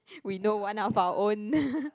we know one of our own